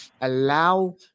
allow